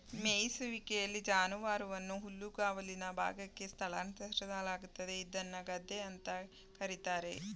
ಮೆಯಿಸುವಿಕೆಲಿ ಜಾನುವಾರುವನ್ನು ಹುಲ್ಲುಗಾವಲಿನ ಭಾಗಕ್ಕೆ ಸ್ಥಳಾಂತರಿಸಲಾಗ್ತದೆ ಇದ್ನ ಗದ್ದೆ ಅಂತ ಕರೀತಾರೆ